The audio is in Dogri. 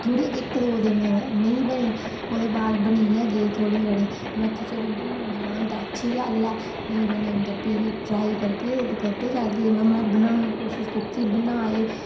थोह्ड़े इक्क दौ दिन नेईं बने ओह्दे बाद बनी गै गे थोह्ड़े थोह्ड़े में आखेआ बनी जाह्न तां अच्छी गल्ल ऐ नेईं बनङन तां प्ही ट्राई करगे करदे जाह्गे बनाने दी कोशिश कीती बनाए